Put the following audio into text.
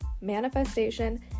manifestation